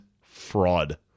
fraud